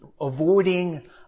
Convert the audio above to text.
avoiding